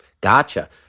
Gotcha